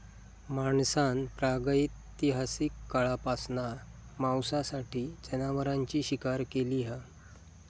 माणसान प्रागैतिहासिक काळापासना मांसासाठी जनावरांची शिकार केली हा